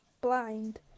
blind